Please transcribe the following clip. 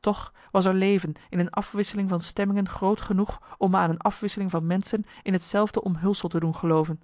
toch was er leven in een afwisseling van stemmingen groot genoeg om me aan een afwisseling van menschen in hetzelfde omhulsel te doen gelooven